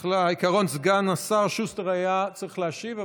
סגן השר שוסטר היה צריך להשיב,